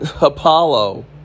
Apollo